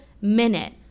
minute